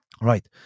Right